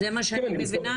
זה מה שאני מבינה?